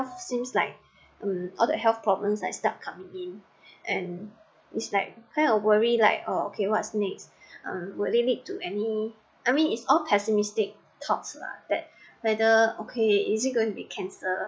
seems like um all the health problems might start coming in and it's like kind of worry like oh okay what's next um will they lead to any I mean it's all pessimistic thoughts lah that whether okay is it going to be cancer